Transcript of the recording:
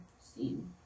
seen